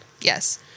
Yes